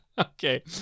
Okay